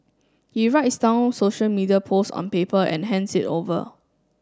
he writes down social media post on paper and hands it over